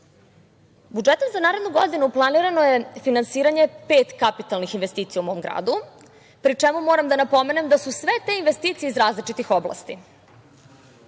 za narednu godinu planirano je finansiranje pet kapitalnih investicija u mom gradu pri čemu moram da napomenem da su sve te investicije iz različitih